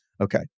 Okay